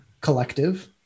collective